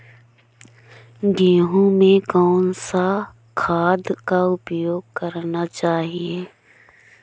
गेहूँ में कौन सा खाद का उपयोग करना चाहिए?